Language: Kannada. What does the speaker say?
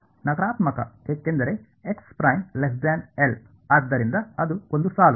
ನಕಾರಾತ್ಮಕ ಏಕೆಂದರೆ ಆದ್ದರಿಂದ ಅದು ಒಂದು ಸಾಲು